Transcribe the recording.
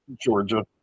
Georgia